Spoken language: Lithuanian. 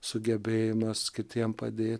sugebėjimas kitiem padėt